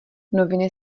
noviny